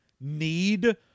need